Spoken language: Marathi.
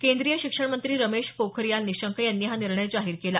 केंद्रीय शिक्षण मंत्री रमेश पोखरीयाल निशंक यांनी हा निर्णय जाहीर केला